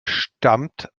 stammt